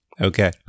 okay